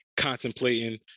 contemplating